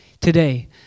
today